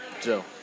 Joe